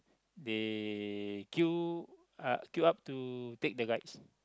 they queue uh queue up to take the rides